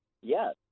Yes